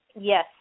Yes